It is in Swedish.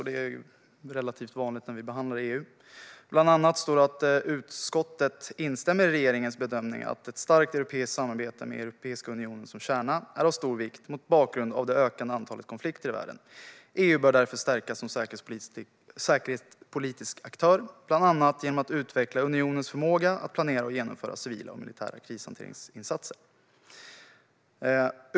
Det är relativt vanligt när vi behandlar EU. Bland annat står det: "Utskottet instämmer i regeringens bedömning att ett starkt europeiskt samarbete, med Europeiska unionen som kärna, är av stor vikt mot bakgrund av det ökande antalet konflikter i världen. EU bör därför stärkas som säkerhetspolitisk aktör, bl.a. genom att utveckla unionens förmåga att planera och genomföra civila och militära krishanteringsinsatser.